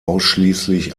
ausschließlich